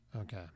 Okay